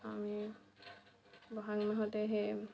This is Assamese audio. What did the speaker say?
আমি ব'হাগ মাহতে সেই